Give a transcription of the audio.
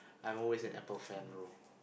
I'm always an Apple fan bro